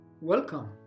Welcome